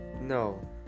no